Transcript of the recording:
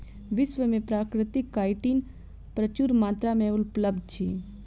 विश्व में प्राकृतिक काइटिन प्रचुर मात्रा में उपलब्ध अछि